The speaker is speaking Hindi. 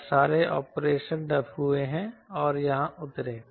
क्या सारे ऑपरेशन हुए और यहां उतरे